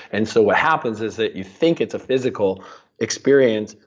and so what happens is that you think it's a physical experience,